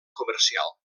comercial